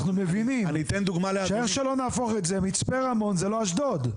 אנחנו מבינים שאיך שלא נהפוך את זה מצפה רמון זה לא אשדוד.